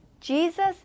Jesus